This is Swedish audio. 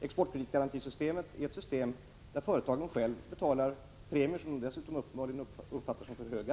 Exportkreditgarantisystemet är ett system där företagen själva betalar premier, som de dessutom uppfattar som för höga.